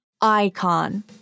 icon